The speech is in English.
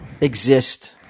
exist